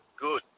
Good